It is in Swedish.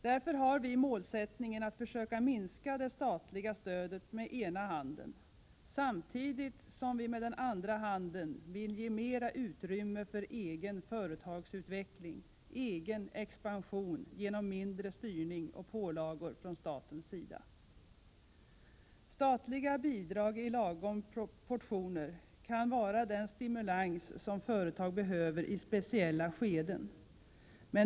Därför har vi målsättningen att försöka minska det statliga stödet med den ena handen, samtidigt som vi med den andra handen vill ge mera utrymme för egen företagsutveckling, egen expansion genom mindre styrning och pålagor från statens sida. Statliga bidrag i lagom portioner kan vara den stimulans som företag behöver i speciella skeden.